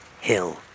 Hill